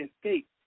escape